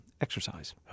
exercise